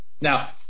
Now